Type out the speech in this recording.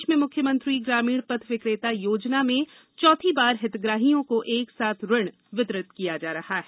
प्रदेश में मुख्यमंत्री ग्रामीण पथ विक्रेता योजना में चौथी बार हितग्राहियों को एक साथ ऋण वितरण किया जा रहा है